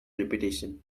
repetition